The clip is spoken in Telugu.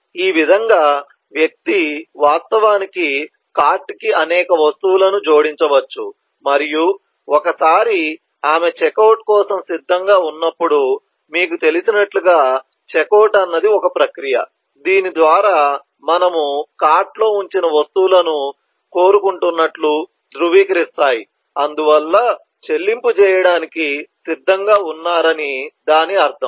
ఈ విధంగా వ్యక్తి వాస్తవానికి కార్ట్ కి అనేక వస్తువులను జోడించవచ్చు మరియు ఒకసారి ఆమె చెక్అవుట్ కోసం సిద్ధంగా ఉన్నప్పుడు మీకు తెలిసినట్లుగా చెక్అవుట్ అన్నది ఒక ప్రక్రియ దీని ద్వారా మనము కార్ట్లో ఉంచిన వస్తువులు కోరుకుంటున్నట్లు ధృవీకరిస్తాయి అందువల్ల చెల్లింపు చేయడానికి సిద్ధంగా ఉన్నారు అని దాని అర్థం